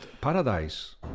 paradise